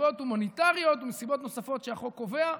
מסיבות הומניטריות ומסיבות נוספות שהחוק קובע,